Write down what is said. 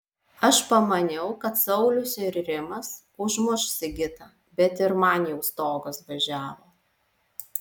aš pamaniau kad saulius ir rimas užmuš sigitą bet ir man jau stogas važiavo